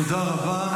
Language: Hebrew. תודה רבה.